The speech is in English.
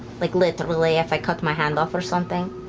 like literally, if i cut my hand off or something.